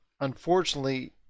unfortunately